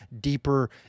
deeper